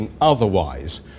otherwise